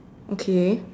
okay